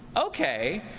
okay.